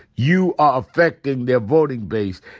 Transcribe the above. you are affecting their voting base.